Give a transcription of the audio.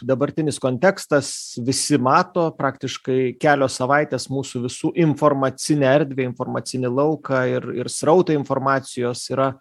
dabartinis kontekstas visi mato praktiškai kelios savaitės mūsų visų informacinę erdvę informacinį lauką ir ir srautą informacijos yra